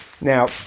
Now